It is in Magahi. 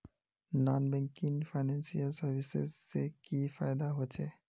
नॉन बैंकिंग फाइनेंशियल सर्विसेज से की फायदा होचे?